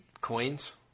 coins